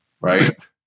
right